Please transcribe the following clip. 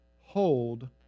hold